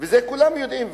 ואת זה כולם יודעים,